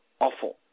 awful